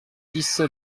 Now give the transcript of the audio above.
dix